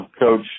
coach